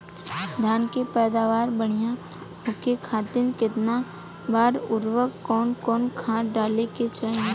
धान के पैदावार बढ़िया होखे खाती कितना बार अउर कवन कवन खाद डाले के चाही?